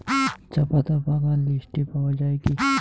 চাপাতা বাগান লিস্টে পাওয়া যায় কি?